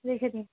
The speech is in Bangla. রেখে দিন